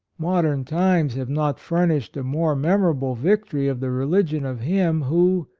modern times have not furnished a more memorable victory of the religion of him, who,